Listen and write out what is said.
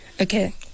Okay